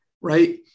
right